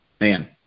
man